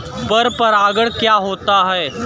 पर परागण क्या होता है?